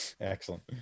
excellent